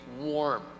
warm